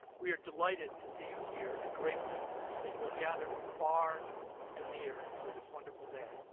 we are delighted to see you here and grateful that you have gathered from far and near for this wonderful day.